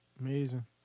amazing